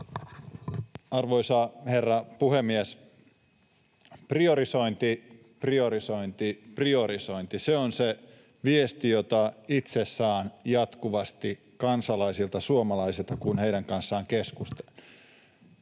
Arvoisa herra puhemies! Priorisointi, priorisointi, priorisointi — se on se viesti, jota itse saan jatkuvasti kansalaisilta, suomalaisilta, kun heidän kanssaan keskustelen.